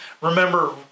remember